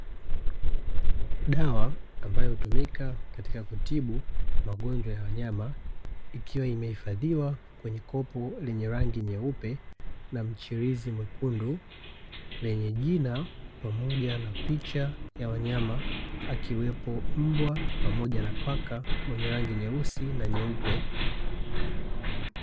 Dawa ambayo hutumika katika kutibu magonjwa ya wanyama ikiwa imehifadhiwa kwenye kopo lenye rangi nyeupe na mchirizi mwekundu,, lenye jina pamoja na picha ya wanyama akiwepo mbwa pamoja na paka mwenye rangi nyeusi na nyeupe.